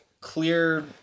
clear